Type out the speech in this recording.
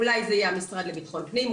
אולי זה יהיה המשרד לבטחון פנים,